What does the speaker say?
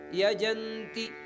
Yajanti